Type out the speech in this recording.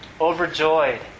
overjoyed